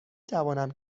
توانم